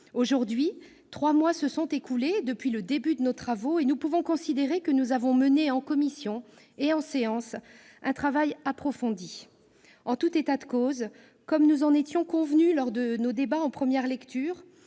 peu de temps. Trois mois se sont écoulés depuis le début de nos travaux, et nous pouvons aujourd'hui considérer que nous avons mené, en commission comme en séance, un examen approfondi de ce texte. En tout état de cause, comme nous en étions convenus lors de nos débats en première lecture,